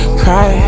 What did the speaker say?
cry